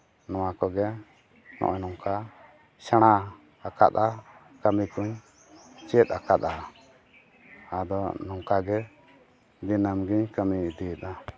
ᱱᱚᱣᱟ ᱠᱚᱜᱮ ᱱᱚᱜᱼᱚ ᱱᱚᱝᱠᱟ ᱥᱮᱲᱟ ᱟᱠᱟᱫᱼᱟ ᱠᱟᱹᱢᱤ ᱠᱚᱧ ᱪᱮᱫ ᱟᱠᱟᱫᱟ ᱟᱫᱚ ᱱᱚᱝᱠᱟᱜᱮ ᱫᱤᱱᱟᱹᱢᱜᱤᱧ ᱠᱟᱹᱢᱤ ᱤᱫᱤᱭᱮᱫᱟ